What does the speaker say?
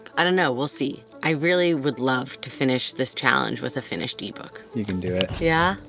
i don't know, we'll see. i really would love to finish this challenge with a finished ebook. you can do it. yeah?